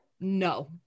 no